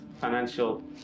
financial